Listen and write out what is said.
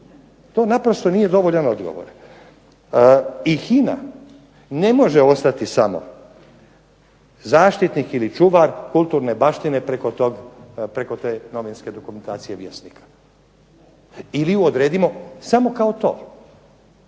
To naprosto nije dovoljan odgovor. I HINA ne može ostati samo zaštitnik ili čuvar kulturne baštine preko te novinske dokumentacije Vjesnika. Ili ju odredimo samo kao to,